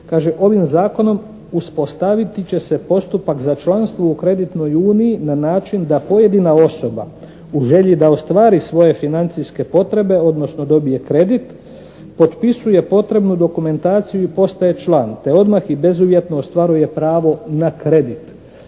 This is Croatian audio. «Ovim zakonom uspostaviti će se postupak za članstvo u kreditnoj uniji na način da pojedina osoba u želji da ostvari svoje financijske potrebe odnosno dobije kredit potpisuje potrebnu dokumentaciju i postaje član te odmah i bezuvjetno ostvaruje pravo na kredit.»